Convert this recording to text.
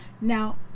now